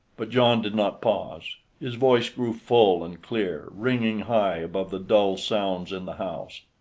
but john did not pause his voice grew full and clear, ringing high above the dull sounds in the house.